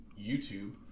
YouTube